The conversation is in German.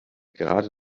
gerade